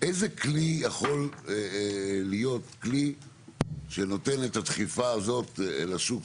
איזה כלי יכול להיות כלי שנותן את הדחיפה הזאת לשוק?